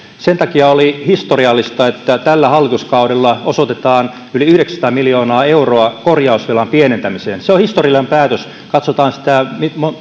sen takia on historiallista että tällä hallituskaudella osoitetaan yli yhdeksänsataa miljoonaa euroa korjausvelan pienentämiseen se on historiallinen päätös katsotaan sitä